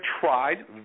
tried